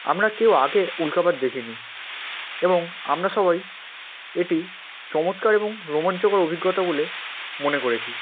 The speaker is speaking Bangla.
আমরা কেউ আগে উল্কাপাত দেখিনি এবং আমরা সবাই এটি চমৎকার এবং রোমাঞ্চকর অভিজ্ঞতা বলে মনে করেছি